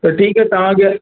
त ठीकु आहे तव्हांखे